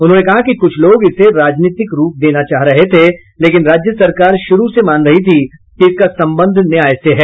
उन्होंने कहा कि कुछ लोग इसे राजनीतिक रूप देना चाह रहे थे लेकिन राज्य सरकार शुरू से मान रही थी कि इसका संबंध न्याय से है